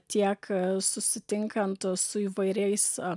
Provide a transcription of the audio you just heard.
tiek susitinkant su įvairiais